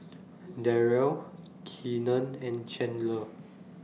Darryle Keenen and Chandler